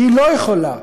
לא יכולה